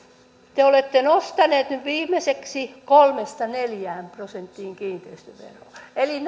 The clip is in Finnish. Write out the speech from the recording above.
te olette nostaneet nyt viimeiseksi kolmesta neljään prosenttiin kiinteistöveroa eli